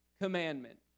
Commandment